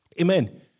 Amen